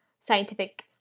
scientific